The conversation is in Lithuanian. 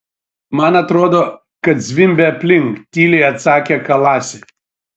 man atrodo kad zvimbia aplink tyliai atsakė kalasi